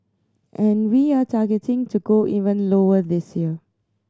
and we are targeting to go even lower this year